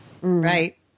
Right